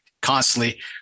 constantly